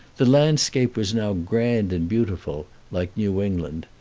the landscape was now grand and beautiful, like new england,